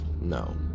no